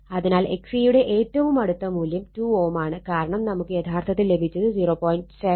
അതിനാൽ XC യുടെ ഏറ്റവും അടുത്ത മൂല്യം 2 Ω ആണ് കാരണം നമുക്ക് യഥാർത്ഥത്തിൽ ലഭിച്ചത് 0